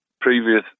previous